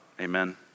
Amen